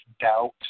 doubt